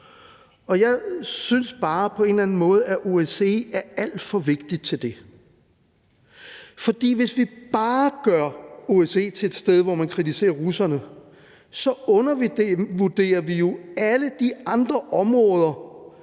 Jeg synes bare på en eller anden måde, at OSCE er alt for vigtig til det. For hvis vi bare gør OSCE til et sted, hvor man kritiserer russerne, så undervurderer vi jo alle de andre områder